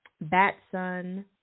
Batson